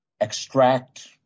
extract